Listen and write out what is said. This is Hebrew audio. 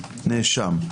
נאשם,